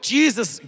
Jesus